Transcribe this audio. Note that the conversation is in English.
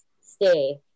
stay